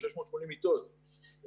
680 מיטות.